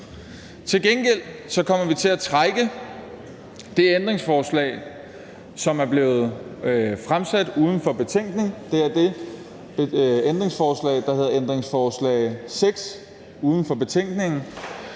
Til gengæld kommer vi til at trække det ændringsforslag, som er blevet stillet uden for betænkningen – det er det ændringsforslag, der hedder ændringsforslag nr. 6, uden for betænkningen